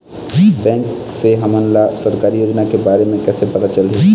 Bank से हमन ला सरकारी योजना के बारे मे कैसे पता चलही?